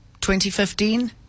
2015